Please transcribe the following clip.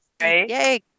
Yay